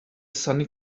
sunny